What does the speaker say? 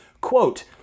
Quote